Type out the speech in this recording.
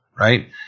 right